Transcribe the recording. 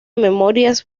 memorias